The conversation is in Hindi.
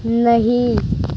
नहीं